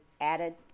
added